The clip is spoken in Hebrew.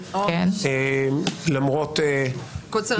למרות ---- קוצר הזמן.